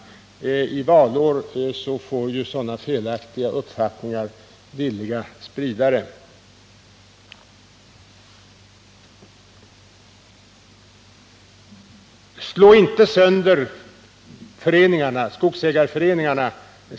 Särskilt under valår får sådana felaktiga uppfattningar villiga sprida Slå inte sönder skogsägarföreningarna!